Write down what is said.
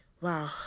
Wow